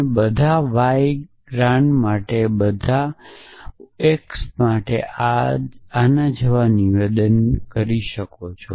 તમે બધા y ગ્રાન્ડ માટે બધા x માટે આ જેવા નિવેદનન કરી શકો છો